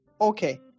okay